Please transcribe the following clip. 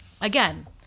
again